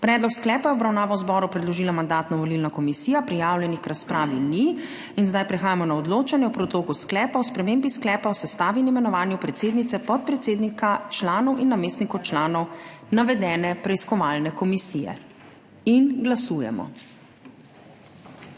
Predlog sklepa je v obravnavo zboru predložila Mandatno-volilna komisija. Prijavljenih k razpravi ni. Prehajamo na odločanje o Predlogu sklepa o spremembi Sklepa o sestavi in imenovanju predsednice, podpredsednika, članov in namestnikov članov navedene preiskovalne komisije. Glasujemo.